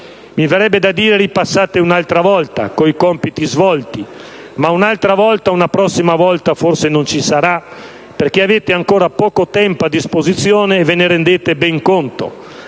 Mi verrebbe da dire: ripassate un'altra volta, con i compiti svolti. Ma un'altra volta, una prossima volta forse non ci sarà, perché avete ancora poco tempo a disposizione, e ve ne rendete ben conto.